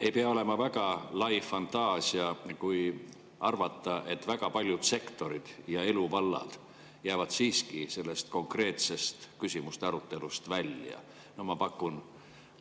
ei pea olema väga lai fantaasia, arvamaks, et väga paljud sektorid ja eluvallad jäävad siiski selle konkreetse küsimuse arutelust välja. Ma pakun: